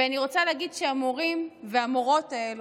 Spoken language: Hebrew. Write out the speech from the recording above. ואני רוצה להגיד שהמורים והמורות האלה,